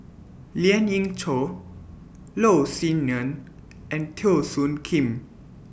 Lien Ying Chow Loh Sin Yun and Teo Soon Kim